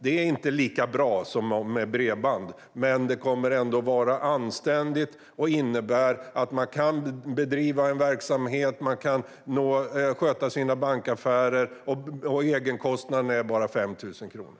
Det är inte lika bra som bredband, men det kommer att vara anständigt och innebära att man kan bedriva en verksamhet och sköta sina bankaffärer. Egenkostnaden är bara 5 000 kronor.